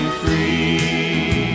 free